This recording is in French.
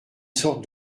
sorte